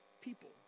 people